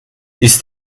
ist